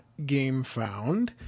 GameFound